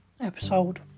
episode